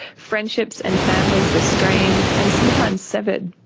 friendships and families were strained, and sometimes severed.